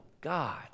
God